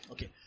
Okay